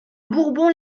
bourbon